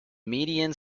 median